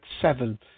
seven